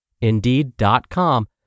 Indeed.com